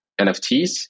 NFTs